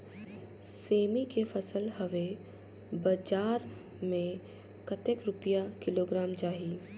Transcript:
सेमी के फसल हवे बजार मे कतेक रुपिया किलोग्राम जाही?